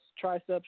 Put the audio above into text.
triceps